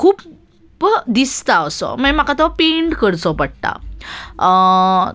खुब्ब दिसता असो मागीर म्हाका तो पेंट करचो पडटा